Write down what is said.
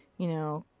you know,